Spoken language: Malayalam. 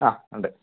ആ ഉണ്ട്